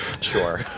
sure